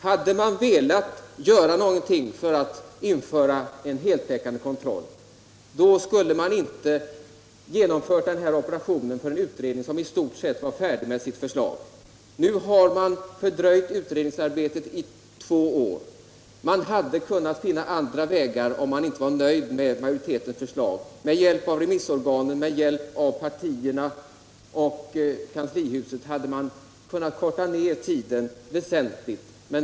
Hade man velat införa en heltäckande kontroll skulle man inte ha genomfört den här operationen för en utredning som i stort sett var färdig med sitt förslag. Nu har man fördröjt utredningsarbetet i två år. Det fanns andra vägar om man inte var nöjd med majoritetens förslag. Med hjälp av remissorganen, partierna och kanslihuset hade man kunnat korta ner tiden väsentligt.